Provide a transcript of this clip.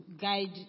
guide